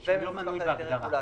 הוא לא מוגדר כבנק?